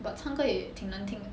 but 唱歌也挺难听